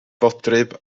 fodryb